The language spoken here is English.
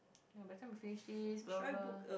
but by the time we finish this blah blah blah